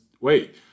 wait